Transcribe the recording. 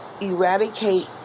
eradicate